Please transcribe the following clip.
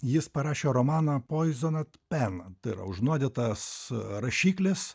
jis parašė romaną poizonat pen tai yra užnuodytas rašiklis